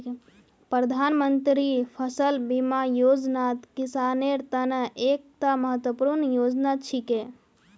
प्रधानमंत्री फसल बीमा योजनात किसानेर त न एकता महत्वपूर्ण योजना छिके